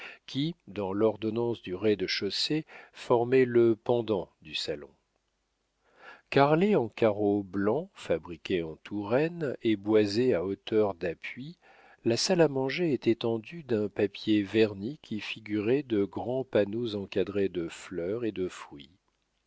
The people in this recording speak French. qui dans l'ordonnance du rez-de-chaussée formait le pendant du salon carrelée en carreaux blancs fabriqués en touraine et boisée à hauteur d'appui la salle à manger était tendue d'un papier verni qui figurait de grands panneaux encadrés de fleurs et de fruits